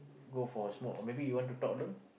go for smoke or maybe you want to talk alone